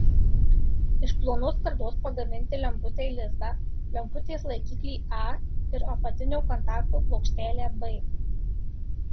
iš plonos skardos pagaminti lemputei lizdą lemputės laikiklį a ir apatinio kontakto plokštelę b